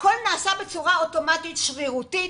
הכול נעשה בצורה אוטומטית, שרירותית,